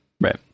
Right